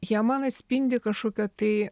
jie man atspindi kažkokią tai